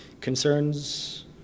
concerns